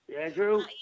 Andrew